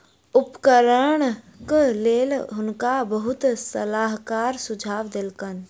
उपकरणक लेल हुनका बहुत सलाहकार सुझाव देलकैन